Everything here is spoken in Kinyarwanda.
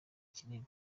kinini